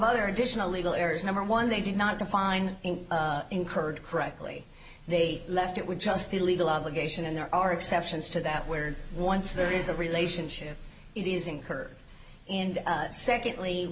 other additional legal areas number one they did not define incurred correctly they left it would just be legal obligation and there are exceptions to that where once there is a relationship it is incurred and secondly